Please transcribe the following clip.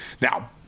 Now